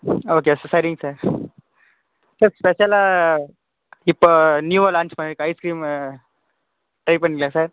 okay sir சரிங்க sir sir ஸ்பெஷலாக இப்போ நியூவாக லான்ச் பண்ணியிருக்க ஐஸ்கிரீமை ட்ரை பண்ணுறீங்ளா சார்